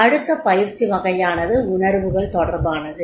அடுத்த பயிற்சி வகையானது உணர்வுகள் தொடர்பானது